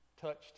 touched